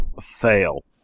fail